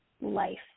life